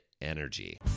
energy